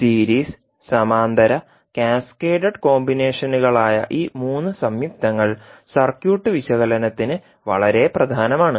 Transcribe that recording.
series സമാന്തര cascaded കോമ്പിനേഷനുകളായ seriesparallel cascaded combinations ഈ 3 സംയുക്തങ്ങൾ സർക്യൂട്ട് വിശകലനത്തിന് വളരെ പ്രധാനമാണ്